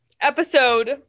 episode